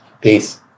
peace